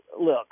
look